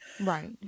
right